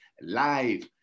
live